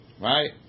Right